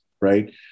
right